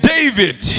David